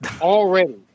already